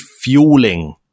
fueling